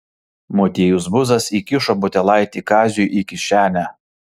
motiejus buzas įkišo butelaitį kaziui į kišenę